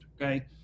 okay